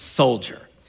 Soldier